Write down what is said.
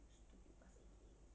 stupid bus eighty eight